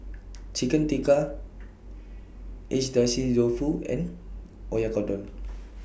Chicken Tikka Agedashi Dofu and Oyakodon